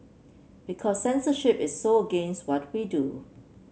because censorship is so against what we do